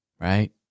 Right